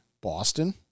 Boston